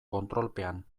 kontrolpean